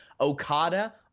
okada